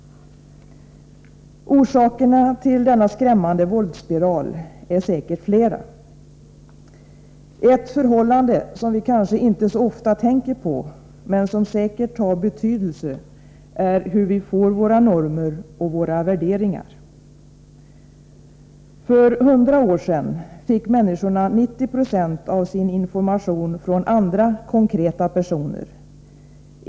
Orsakerna till denna skrämmande våldsspiral är säkert flera. Ett förhållande som vi kanske inte så ofta tänker på, men som säkert har betydelse, är hur vi får våra normer och våra värderingar. För hundra år sedan fick människorna 90 96 av sin information så att säga konkret, direkt från andra personer.